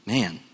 Man